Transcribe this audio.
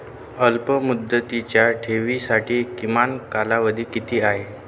अल्पमुदतीच्या ठेवींसाठी किमान कालावधी किती आहे?